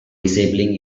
disabling